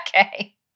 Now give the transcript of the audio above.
Okay